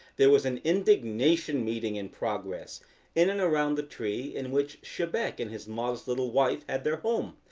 there was an indignation meeting in progress in and around the tree in which chebec and his modest little wife had their home.